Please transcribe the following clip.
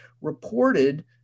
reported